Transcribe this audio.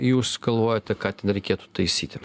jūs galvojate ką ten reikėtų taisyti